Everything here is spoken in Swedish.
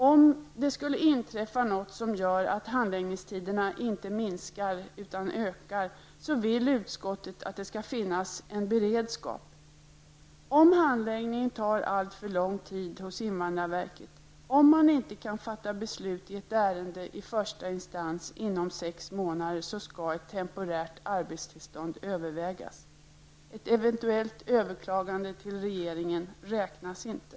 Om det skulle inträffa något som gör att handläggningstiderna inte minskar utan ökar, vill utskottet att det skall finnas en beredskap. Om handläggningen tar alltför lång tid i invandrarverket, om man inte kan fatta beslut i ett ärende i första instans inom sex månder, skall ett temporärt arbetstillstånd övervägas. Ett eventuellt överklagande till regeringen räknas inte.